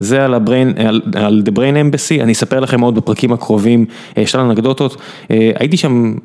זה על הבריין, על הבריין אמבאסי, אני אספר לכם עוד בפרקים הקרובים, יש לנו אנקדוטות, הייתי שם.